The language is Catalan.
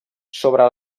sobre